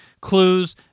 clues